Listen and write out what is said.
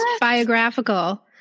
biographical